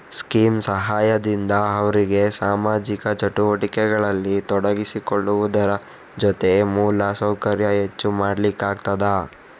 scheme ಸಹಾಯದಿಂದ ಅವ್ರಿಗೆ ಸಾಮಾಜಿಕ ಚಟುವಟಿಕೆಗಳಲ್ಲಿ ತೊಡಗಿಸಿಕೊಳ್ಳುವುದ್ರ ಜೊತೆ ಮೂಲ ಸೌಕರ್ಯ ಹೆಚ್ಚು ಮಾಡ್ಲಿಕ್ಕಾಗ್ತದೆ